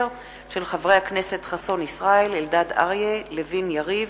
ברשות יושב-ראש הכנסת, הנני מתכבדת להודיעכם,